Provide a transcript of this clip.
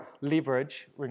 leverage